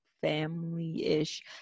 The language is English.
family-ish